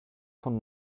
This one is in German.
von